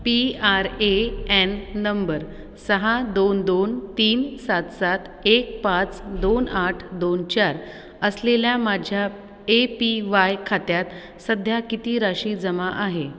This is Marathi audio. P R A N number सहा दोन दोन तीन सात सात एक पाच दोन आठ दोन चार असलेल्या माझ्या ए पी वाय खात्यात सध्या किती राशी जमा आहे